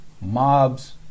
Mobs